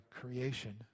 creation